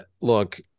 look